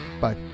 Bye